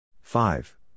Five